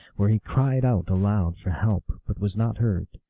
where he cried out aloud for help, but was not heard.